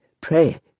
pray